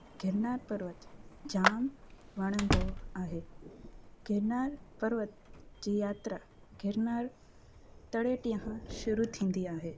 गिरनार पर्वतु जाम वणंदो आहे गिरनार पर्वत जी यात्रा गिरनार तड़े टीहां शुरू थींदी आहे